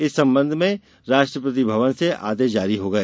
इस संबंध राष्ट्रपति भवन से आदेश जारी हो गए